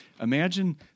Imagine